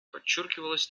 подчеркивалась